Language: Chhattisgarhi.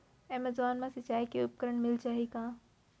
एमेजॉन मा सिंचाई के उपकरण मिलिस जाही का?